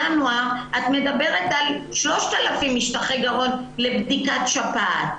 ינואר עד מדברת על 3,000 משטחי גרון לבדיקת שפעת.